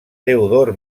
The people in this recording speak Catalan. teodor